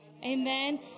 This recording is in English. Amen